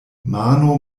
mano